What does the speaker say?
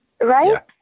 right